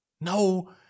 no